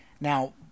Now